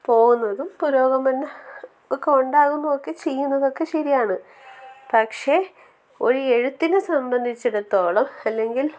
പോകുന്നതും പുരോഗമനം ഒക്കെ ഉണ്ടാകുന്നതൊക്കെ ചെയ്യുന്നതൊക്കെ ശരിയാണ് പക്ഷെ ഒരു എഴുത്തിനെ സംബന്ധിച്ചിടത്തോളം അല്ലെങ്കിൽ